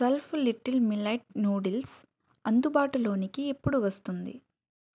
self little మిలైట్ noodles అందుబాటులోకి ఎప్పుడు వస్తుంది